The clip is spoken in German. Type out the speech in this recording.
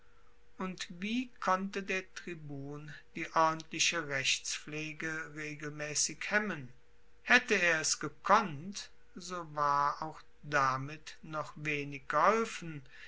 und wie konnte der tribun die ordentliche rechtspflege regelmaessig hemmen haette er es gekonnt so war auch damit noch wenig geholfen